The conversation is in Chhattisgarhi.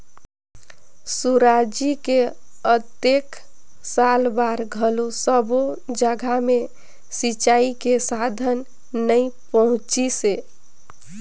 सुराजी के अतेक साल बार घलो सब्बो जघा मे सिंचई के साधन नइ पहुंचिसे